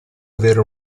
avere